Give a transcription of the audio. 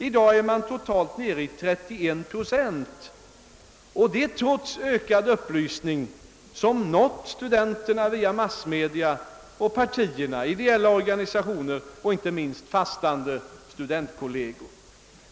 I dag är man totalt nere i 31 procent, detta trots ökad upplysning via massmedia, partierna, de ideella organisationerna och — inte minst — fastande studentkolleger.